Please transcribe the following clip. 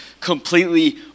completely